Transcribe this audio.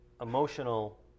emotional